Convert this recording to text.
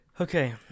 Okay